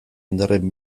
indarren